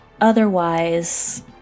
otherwise